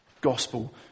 gospel